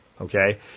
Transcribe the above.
Okay